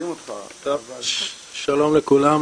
שלום לכולם.